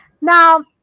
Now